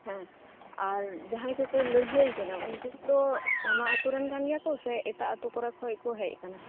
ᱦᱮᱸ ᱟᱨ ᱡᱟᱦᱟᱸᱭ ᱠᱚᱠᱚ ᱞᱟᱹᱲᱦᱟᱹᱭ ᱠᱟᱱᱟ ᱩᱱᱠᱩ ᱫᱚ ᱚᱱᱟ ᱟᱹᱛᱩ ᱨᱮᱱ ᱠᱟᱱ ᱜᱮᱭᱟᱠᱚ ᱥᱮ ᱮᱴᱟᱜ ᱟᱹᱛᱩ ᱠᱚᱨᱮ ᱠᱷᱚᱡ ᱠᱚ ᱦᱮᱡ ᱟᱠᱟᱱᱟ